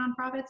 nonprofits